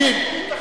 50,